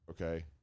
okay